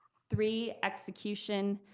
three, execution,